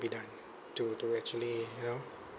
be done to to actually you know